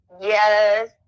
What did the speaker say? Yes